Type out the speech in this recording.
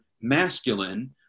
masculine